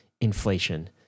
inflation